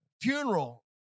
funeral